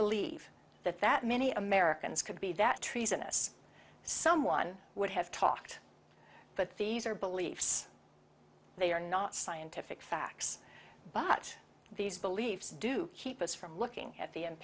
believe that that many americans could be that treasonous someone would have talked but these are beliefs they are not scientific facts but these beliefs do keep us from looking at the